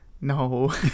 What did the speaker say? no